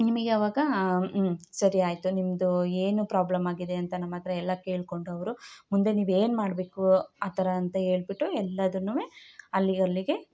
ನಿಮಗೆ ಅವಾಗ ಸರಿ ಆಯಿತು ನಿಮ್ಮದು ಏನು ಪ್ರಾಬ್ಲಮ್ ಆಗಿದೆ ಅಂತ ನಮ್ಮಹತ್ರ ಎಲ್ಲ ಕೇಳ್ಕೊಂಡು ಅವರು ಮುಂದೆ ನೀವು ಏನುಮಾಡ್ಬೇಕು ಆ ಥರ ಅಂತ ಹೇಳ್ಬಿಟ್ಟು ಎಲ್ಲದನ್ನು ಅಲ್ಲಿಗೆ ಅಲ್ಲಿಗೆ